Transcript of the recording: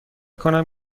کنم